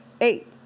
Eight